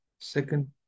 second